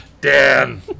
Dan